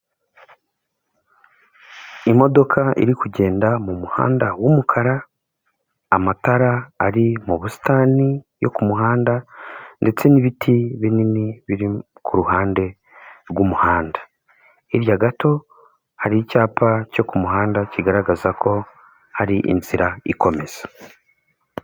Imodoka iri kugenda mu muhanda w'umukara amatara ari mu busitani yo kumuhanda ndetse n'ibiti binini biri ku ruhande rw'umuhanda, hirya gato hari icyapa cyo ku kumuhanda kigaragaza ko hari inzira ikomeza.